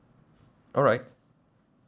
alright